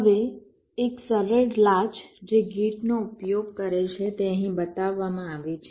હવેએક સરળ લાચ જે ગેટનો ઉપયોગ કરે છે તે અહીં બતાવવામાં આવી છે